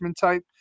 type